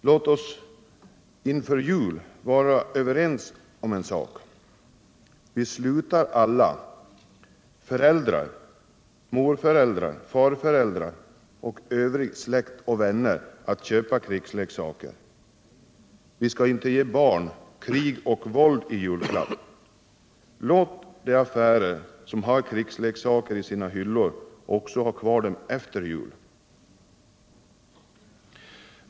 Låt oss nu inför jul vara överens om en sak: Vi slutar alla — föräldrar, morföräldrar, farföräldrar och övrig släkt och vänner — att köpa krigsleksaker. Vi skall inte ge barnen krig och våld i julklapp. Låt de affärer som har krigsleksaker i sina hyllor också ha dem kvar efter jul.